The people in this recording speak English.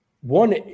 one